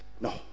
no